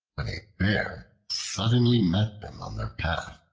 when a bear suddenly met them on their path.